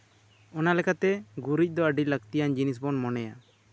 ᱚᱱᱟ ᱞᱮᱠᱟᱛᱮ ᱜᱩᱨᱤᱡ ᱫᱚ ᱟᱹᱰᱤ ᱞᱟᱹᱠᱛᱤᱭᱟᱱ ᱡᱤᱱᱤᱥ ᱵᱚᱱ ᱢᱚᱱᱮᱭᱟ